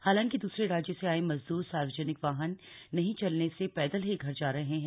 हालांकि दूसरे राज्य से आये मजदूर सार्वजनिक वाहन नहीं चलने से पैदल ही घर जा रहे हैं